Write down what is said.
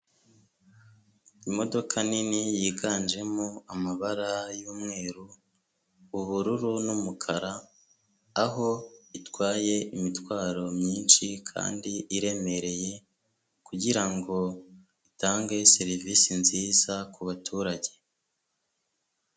Imodoka nini yiganjemo amabara y'umweru, ubururu n'umukara, aho itwaye imitwaro myinshi kandi iremereye kugirango itange serivisi nziza kubaturage.